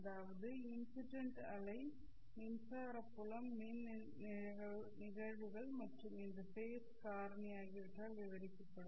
அதாவது இன்சிடெண்ட் அலை மின்சார புலம் மின் நிகழ்வுகள் மற்றும் இந்த ஃபேஸ் காரணி ஆகியவற்றால் விவரிக்கப்படும்